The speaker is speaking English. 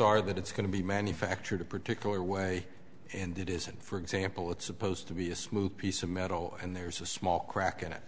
are that it's going to be manufactured a particular way and it isn't for example it's supposed to be a smooth piece of metal and there's a small crack in it